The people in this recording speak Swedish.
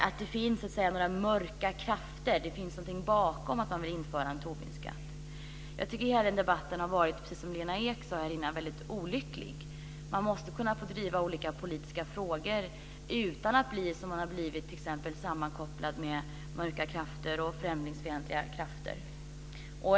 Det skulle finnas mörka krafter, det skulle finnas något bakom att man vill införa en Tobinskatt. Jag tycker att hela den debatten har varit olycklig, precis som Lena Ek sade här tidigare. Man måste kunna få driva olika politiska frågor utan att t.ex. bli sammankopplad med mörka krafter och främlingsfientliga krafter, som man har blivit.